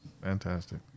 Fantastic